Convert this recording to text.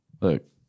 Look